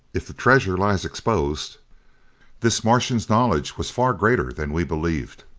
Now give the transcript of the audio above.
if the treasure lies exposed this martian's knowledge was far greater than we believed.